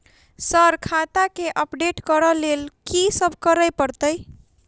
Sir खाता केँ update करऽ लेल की सब करै परतै?